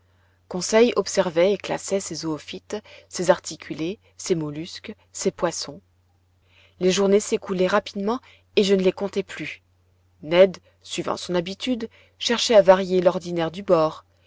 conseil observait et classait ses zoophytes ses articulés ses mollusques ses poissons les journées s'écoulaient rapidement et je ne les comptais plus ned suivant son habitude cherchait à varier l'ordinaire du bord